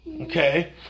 Okay